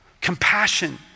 compassion